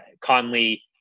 Conley